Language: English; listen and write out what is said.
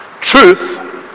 Truth